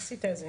עשית את זה.